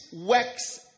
works